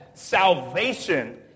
Salvation